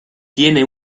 tiene